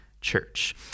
church